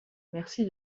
merci